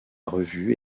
revue